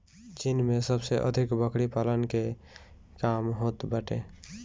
चीन में सबसे अधिक बकरी पालन के काम होत बाटे